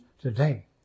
today